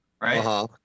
right